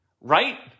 Right